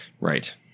Right